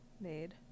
made